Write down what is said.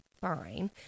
fine